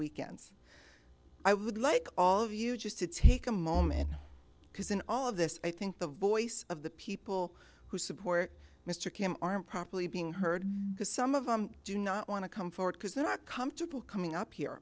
weekends i would like all of you just to take a moment because in all of this i think the voice of the people who support mr kim are improperly being heard because some of them do not want to come forward because they're not comfortable coming up here